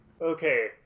Okay